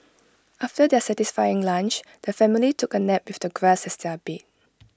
after their satisfying lunch the family took A nap with the grass as their bed